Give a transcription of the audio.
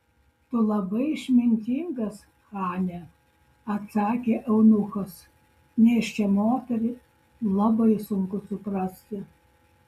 tu labai išmintingas chane atsakė eunuchas nėščią moterį labai sunku suprasti